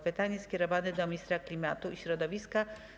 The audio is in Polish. Pytanie jest skierowane do ministra klimatu i środowiska.